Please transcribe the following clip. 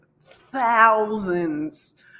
thousands